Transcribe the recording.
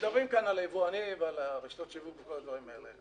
מדברים כאן על היבואנים ועל רשתות השיווק וכל הדברים האלה.